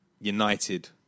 United